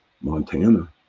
Montana